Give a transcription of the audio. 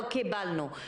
לא קיבלנו.